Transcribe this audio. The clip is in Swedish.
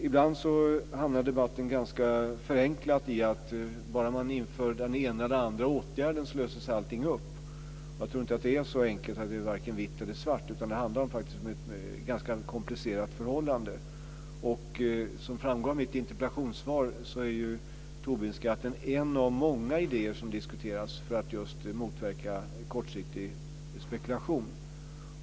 Ibland hamnar debatten ganska förenklat i att om man bara vidtar den ena eller andra åtgärden så löses alla problem. Jag tror inte att det är så enkelt att det är vitt eller svart utan att det faktiskt handlar om ett ganska komplicerat förhållande. Som framgår av mitt interpellationssvar är Tobinskatten en av många idéer som diskuteras för att just motverka kortsiktig spekulation.